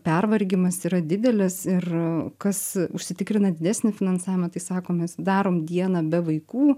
pervargimas yra didelis ir kas užsitikrina didesnį finansavimą tai sako mes darom dieną be vaikų